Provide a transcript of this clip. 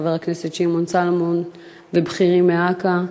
חבר הכנסת שמעון סולומון ובכירים מאכ"א.